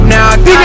Now